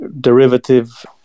derivative